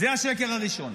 זה השקר הראשון.